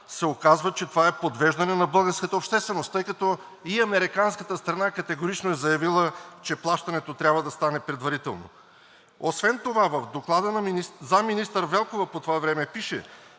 се оказва, че това е подвеждане на българската общественост, тъй като и американската страна категорично е заявила, че плащането трябва да стане предварително. Освен това в Доклада на заместник-министър Велкова по това време пише: